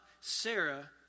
Sarah